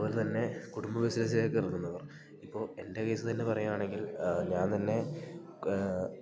അതുപോലെത്തന്നെ കുടുംബ ബിസിനലേക്കിറങ്ങുന്നവർ ഇപ്പോൾ എൻ്റെ കേസ്സ് തന്നെ പറയുകയാണെങ്കിൽ ഞാൻ തന്നെ